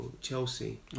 Chelsea